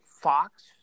Fox